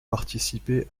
participer